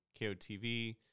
KOTV